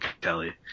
Kelly